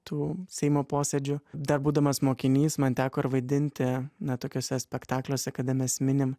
tų seimo posėdžių dar būdamas mokinys man teko ir vaidinti na tokiuose spektakliuose kada mes minim